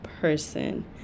person